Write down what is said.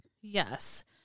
Yes